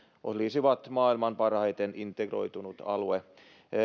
olisivat maailman parhaiten integroitunut alue